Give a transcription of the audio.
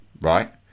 right